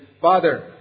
Father